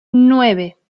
nueve